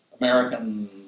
American